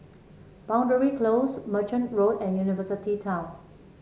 Boundary Close Merchant Road and University Town